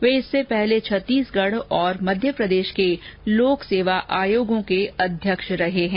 वे इससे पहले छत्तीसगढ़ और मध्यप्रदेश के लोक सेवा आयोगों के अध्यक्ष रहे हैं